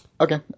Okay